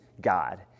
God